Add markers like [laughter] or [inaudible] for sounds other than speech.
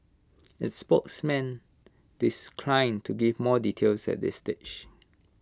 its spokesman [unintelligible] to give more details at this stage